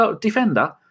defender